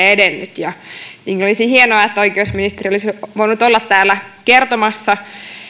edennyt olisi ollut hienoa jos oikeusministeri olisi voinut olla täällä kertomassa